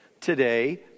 today